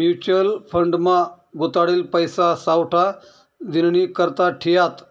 mutual fund मा गुताडेल पैसा सावठा दिननीकरता ठियात